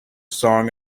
song